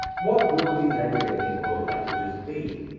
what will these aggregating world-languages be?